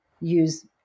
use